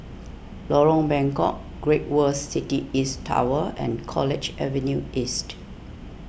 Lorong Bengkok Great World City East Tower and College Avenue East